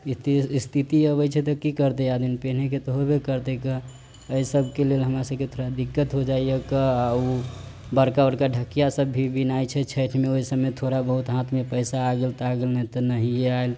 स्थिति अबै छै तऽ की करतै आदमी पेनहै के तऽ होबे करतै क एहिसब के लेल हमरासबके थोड़ा दिक्कत हो जाइया क आ ओ बड़का बड़का ढकिया सब भी बिनाइ छै छठि मे ओहिसबमे थोड़ा बहुत हाथ मे पैसा आ गेल ता गेल नहि तऽ नहिये आएल